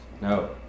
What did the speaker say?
no